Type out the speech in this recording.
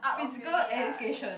Physical Education